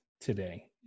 today